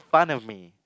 fun of me